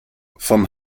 vom